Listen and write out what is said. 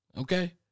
Okay